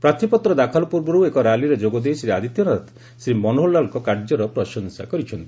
ପ୍ରାର୍ଥୀପତ୍ର ଦାଖଲ ପୂର୍ବରୁ ଏକ ର୍ୟାଲିରେ ଯୋଗଦେଇ ଶ୍ରୀ ଆଦିତ୍ୟନାଥ ଶ୍ରୀ ମନୋହରଲାଲଙ୍କ କାର୍ଯ୍ୟର ପ୍ରଶଂସା କରିଛନ୍ତି